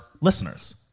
listeners